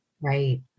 Right